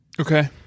Okay